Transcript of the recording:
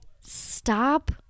stop